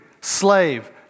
slave